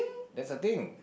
that's the thing